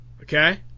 okay